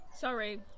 sorry